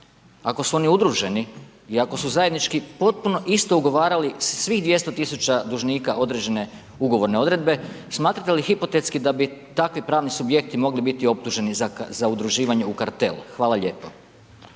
ako su oni udruženi i ako su zajednički potpuno isto ugovarali svih 200 000 dužnika određene ugovorne odredbe, smatrate li hipotetski da bi takvi pravni subjekti mogli biti optuženi za udruživanje u kartel? Hvala lijepo.